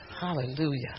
Hallelujah